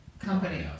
Company